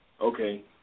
Okay